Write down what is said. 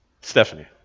Stephanie